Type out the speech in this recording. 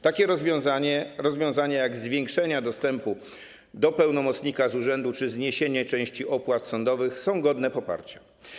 Takie rozwiązania, jak zwiększenie dostępu do pełnomocnika z urzędu czy zniesienie części opłat sądowych, są godne poparcia.